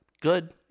good